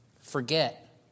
forget